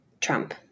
Trump